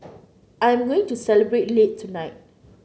I am going to celebrate late tonight